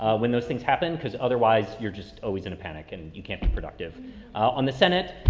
when those things happen because otherwise you're just always in a panic and you can't be productive on the senate.